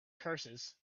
curses